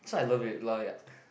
so I love it like